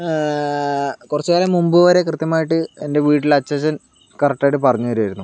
കുറച്ചുകാലം മുമ്പ് വരെ കൃത്യമായിട്ട് എൻ്റെ വീട്ടിലെ അച്ചാച്ചൻ കറക്ടായിട്ട് പറഞ്ഞുതരുമായിരുന്നു